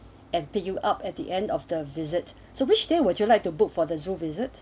and pick you up at the end of the visit so wish date would you like to book for the zoo visit